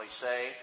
say